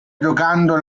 giocando